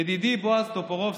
ידידי בועז טופורובסקי,